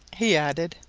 he added,